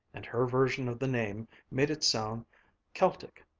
and her version of the name made it sound celtic.